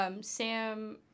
Sam